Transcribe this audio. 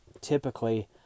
typically